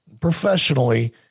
professionally